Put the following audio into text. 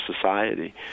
society